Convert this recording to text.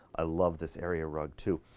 i love this area rug, too.